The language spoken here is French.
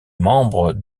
membre